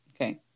Okay